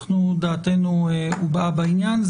דעתנו הובעה בעניין.